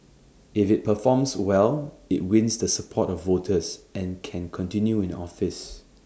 if IT performs well IT wins the support of voters and can continue in office